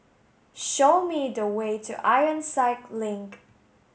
show me the way to Ironside Link